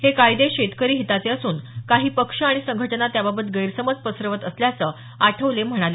हे कायदे शेतकरी हिताचे असून काही पक्ष आणि संघटना त्याबाबत गैरसमज पसरवत असल्याचं आठवले म्हणाले